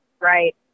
Right